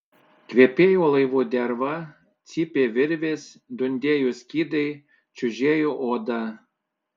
kvepėjo laivų derva cypė virvės dundėjo skydai čiužėjo oda